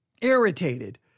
irritated